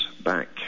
back